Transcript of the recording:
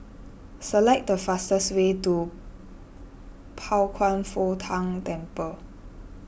select the fastest way to Pao Kwan Foh Tang Temple